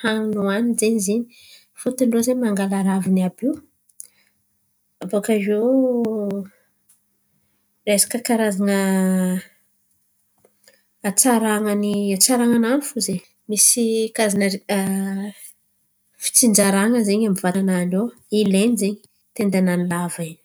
hanioaniny zen̈y zin̈y fôtiny rô ze mangala raviny àby io. Abòakaio resaka karazan̈a hatsaran̈any hatsaran̈anany fo zen̈y misy karazan̈a fitsijaran̈a zen̈y amin’ny vatanany ao hilainy zen̈y tenda-nazy lava in̈y.